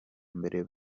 mbere